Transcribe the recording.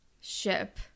Ship